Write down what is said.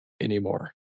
anymore